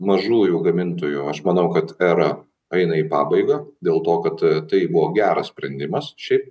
mažųjų gamintojų aš manau kad era eina į pabaigą dėl to kad tai buvo geras sprendimas šiaip